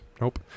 Nope